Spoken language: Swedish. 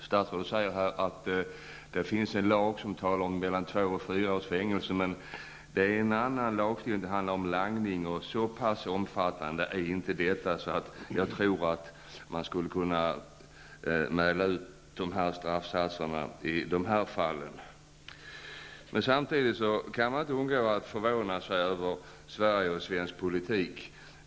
Statsrådet säger att det finns en lag som talar om mellan två och fyra års fängelse, men då handlar det om langning, och så omfattande är inte verksamheten att man skulle kunna mäta ut sådana straffsatser i det här fallet. Samtidigt kan jag inte undgå att förvånas över Sverige och svensk politik.